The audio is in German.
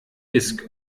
disk